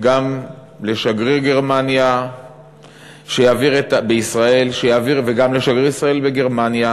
גם לשגריר גרמניה בישראל וגם לשגריר ישראל בגרמניה,